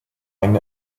ein